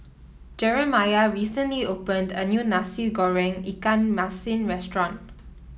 Jeramiah recently opened a new Nasi Goreng Ikan Masin restaurant